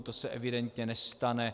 To se evidentně nestane.